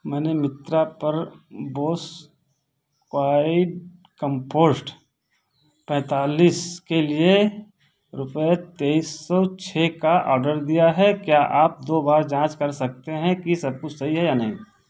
मैंने मित्रा पर Bose Quiet Comfort पैंतालीस के लिए रुपये तेईस सौ छः का ऑर्डर दिया है क्या आप दो बार जाँच कर सकते हैं कि सब कुछ सही है या नहीं